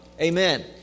Amen